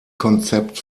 konzept